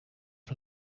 for